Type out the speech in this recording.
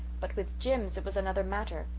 but with jims it was another matter.